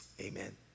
Amen